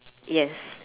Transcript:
yes